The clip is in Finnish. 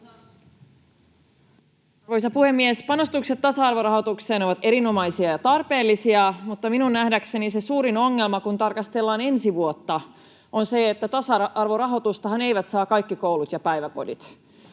Arvoisa puhemies! Panostukset tasa-arvorahoitukseen ovat erinomaisia ja tarpeellisia, mutta minun nähdäkseni se suurin ongelma, kun tarkastellaan ensi vuotta, on se, että tasa-arvorahoitustahan eivät saa kaikki koulut ja päiväkodit.